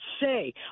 say